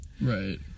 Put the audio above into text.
Right